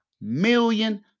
million